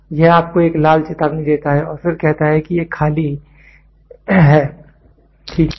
तो यह आपको एक लाल चेतावनी देता है और फिर कहता है कि यह खाली ठीक है